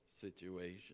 situation